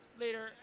Later